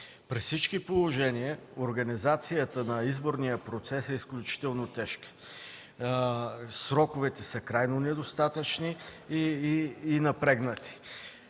При всички положения организацията на изборния процес е изключително тежка. Сроковете са крайно недостатъчни и напрегнати.